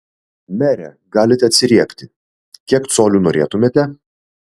mere galite atsiriekti kiek colių norėtumėte